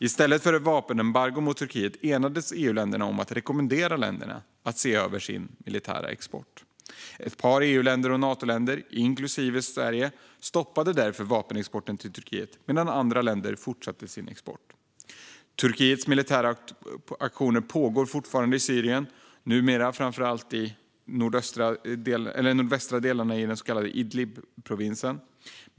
I stället för ett vapenembargo mot Turkiet enades EU-länderna om att rekommendera länderna att se över sin militära export. Ett par EU-länder och Natoländer, inklusive Sverige, stoppade därför vapenexporten till Turkiet medan andra länder fortsatte med sin export. Turkiets militära aktioner pågår fortfarande i Syrien, numera framför allt i de nordvästra delarna i Idlibprovinsen.